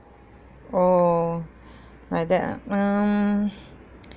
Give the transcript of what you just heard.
orh like that ah um